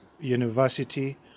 University